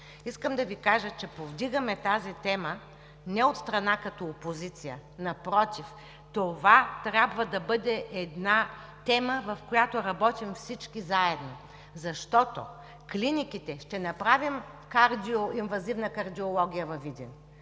Искам да Ви кажа, че повдигаме тази тема не от страна като опозиция. Напротив, това трябва да бъде една тема, в която работим всички заедно. Да, ще направим кардиоинвазивна кардиология във Видин,